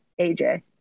AJ